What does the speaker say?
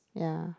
ya